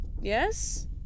yes